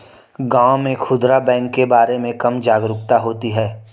गांव में खूदरा बैंक के बारे में कम जागरूकता होती है